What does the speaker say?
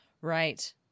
Right